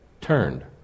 turned